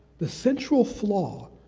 the central flaw,